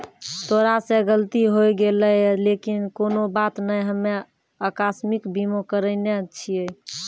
तोरा से गलती होय गेलै लेकिन कोनो बात नै हम्मे अकास्मिक बीमा करैने छिये